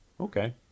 okay